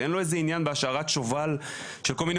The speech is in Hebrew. אין לו איזה עניין בהשארת שובל של כל מיני